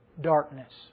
darkness